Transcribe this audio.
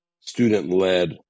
student-led